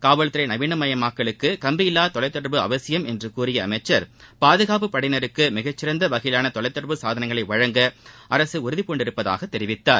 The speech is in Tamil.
காவல்துறை நவீனமயமாக்கலுக்கு கம்பியில்லா தொலைத் தொடர்பு அவசியம் என்று கூறிய அமைச்சர் பாதுகாப்புப் படையினருக்கு மிகச் சிறந்த வகையிலான தொலைத் தொடர்பு சாதனங்களை வழங்க அரசு உறுதிபூண்டுள்ளதாக தெரிவித்தார்